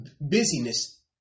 busyness